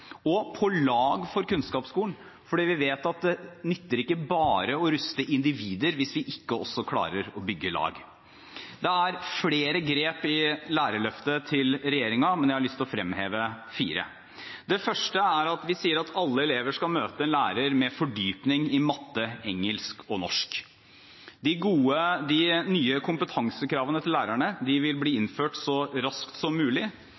og På lag for kunnskapsskolen fordi vi vet at det ikke nytter bare å ruste individer hvis vi ikke også klarer å bygge lag. Det er flere grep i Lærerløftet fra regjeringen. Jeg har lyst til å fremheve fire. Det første er at alle elever skal møte en lærer med fordypning i matematikk, engelsk og norsk. De nye kompetansekravene til lærerne vil bli innført så raskt som mulig.